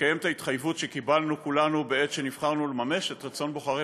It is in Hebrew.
ולקיים את ההתחייבות שקיבלנו כולנו עת נבחרנו לממש את רצון בוחרינו.